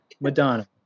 Madonna